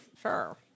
sure